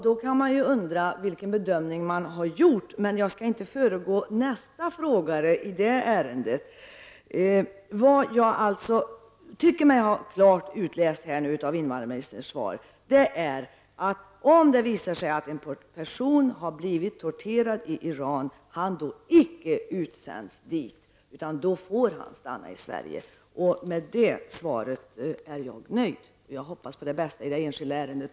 Då kan man ju undra vilken bedömning som har gjorts, men jag skall inte föregripa nästa frågare i det ärendet. Jag tycker mig ha klart utläst av invandrarministerns svar, att om det visar sig att en person har blivit torterad i Iran, skall han inte sändas tillbaka dit. Då får han stanna i Sverige, och jag hoppas också på det bästa när det gäller det enskilda ärendet.